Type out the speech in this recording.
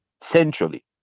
centrally